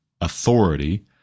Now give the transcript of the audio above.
authority